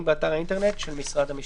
באתר האינטרנט של משרד המשפטים."